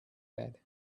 bed